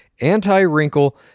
anti-wrinkle